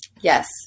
Yes